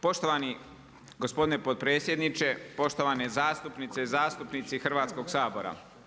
Poštovani gospodine potpredsjedniče, poštovane zastupnice i zastupnici Hrvatskoga sabora.